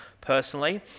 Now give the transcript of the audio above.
personally